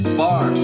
bar